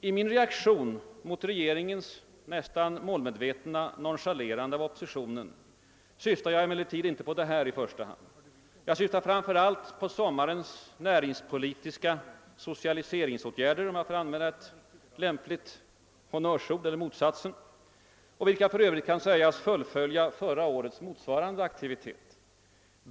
I min reaktion mot regeringens nästan målmedvetna nonchalerande av oppositionen syftar jag emellertid inte i första hand på utrikespolitiken utan framför allt på sommarens näringspolitiska socialiseringsåtgärder, vilka för övrigt kan sägas fullfölja förra årets motsvarande aktivitet.